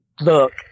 Look